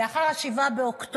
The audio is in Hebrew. לאחר 7 באוקטובר,